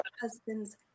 husbands